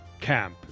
camp